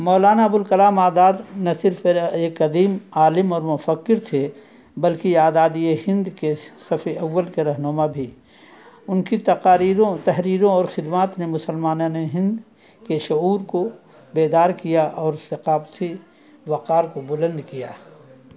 مولانا ابوالکلام آزاد نہ صرف ایک عظیم عالم اور مفکر تھے بلکہ آزادی ہند کے صف اول کے رہنما بھی ان کی تقاریروں تحریروں اور خدمات نے مسلمانان ہند کے شعور کو بیدار کیا اور ثقافتی وقار کو بلند کیا